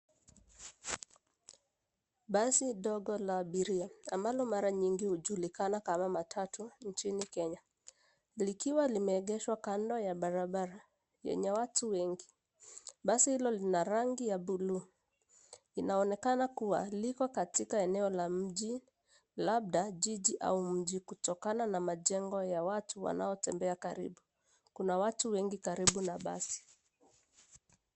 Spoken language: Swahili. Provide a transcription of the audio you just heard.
Basi ndogo la abiria ambalo mara nyingi hujulikana kama matatu nchini Kenya. Likiwa limeegeshwa kando ya barabara, yenye watu wengi. Basi hilo lina rangi ya bluu. Linaonekana kuwa liko katika eneo la mji, labda jiji au mji kutokana na majengo na watu wanaotembea karibu. Kuna watu wengi karibu na basi.